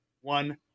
One